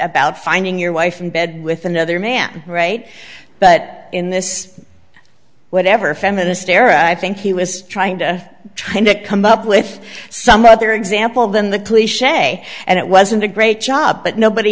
about finding your wife in bed with another man right but in this whatever feminist era i think he was trying to trying to come up with some other example than the cliche and it wasn't a great job but nobody